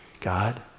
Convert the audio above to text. God